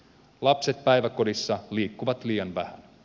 lapset päiväkodissa liikkuvat liian vähän